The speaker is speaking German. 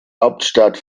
hauptstadt